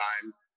times